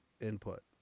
input